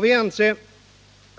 Vi anser